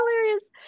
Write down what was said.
hilarious